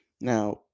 Now